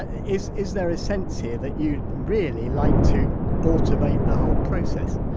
ah is, is there a sense here that you'd really like to automate the whole process?